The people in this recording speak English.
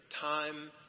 time